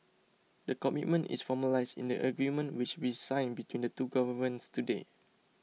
the commitment is formalised in the agreement which we signed between the two governments today